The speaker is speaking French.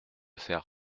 faire